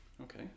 Okay